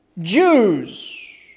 Jews